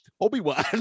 Obi-Wan